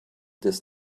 this